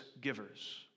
givers